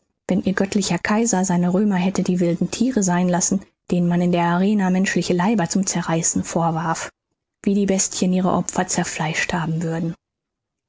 wenn ihr göttlicher kaiser seine römer hätte die wilden thiere sein lassen denen man in der arena menschliche leiber zum zerreißen vorwarf wie die bestien ihre opfer zerfleischt haben würden